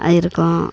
இருக்கும்